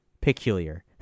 peculiar